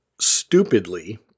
stupidly